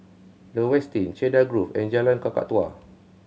The Westin Cedarwood Grove and Jalan Kakatua